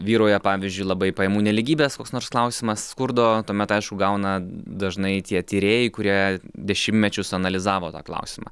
vyrauja pavyzdžiui labai pajamų nelygybės koks nors klausimas skurdo tuomet aišku gauna dažnai tie tyrėjai kurie dešimtmečius analizavo tą klausimą